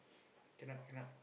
cannot cannot